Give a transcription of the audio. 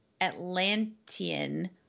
Atlantean